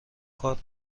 کار